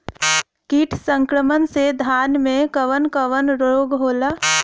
कीट संक्रमण से धान में कवन कवन रोग होला?